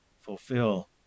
fulfill